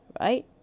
right